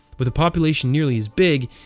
with a population nearly as big,